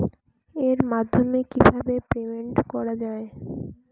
এর মাধ্যমে কিভাবে পেমেন্ট করা য়ায়?